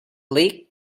league